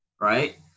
right